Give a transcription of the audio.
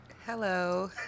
hello